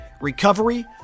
recovery